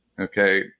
okay